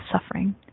suffering